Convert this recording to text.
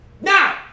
Now